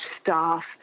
staff